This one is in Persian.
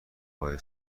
پای